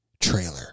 Trailer